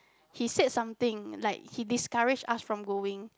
he said something like he discourage us from going